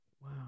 Wow